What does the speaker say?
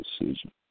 decision